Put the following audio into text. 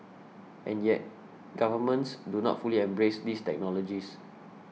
and yet governments do not fully embrace these technologies